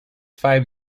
five